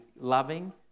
loving